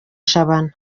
jabana